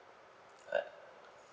I